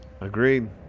agreed